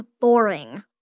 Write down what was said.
boring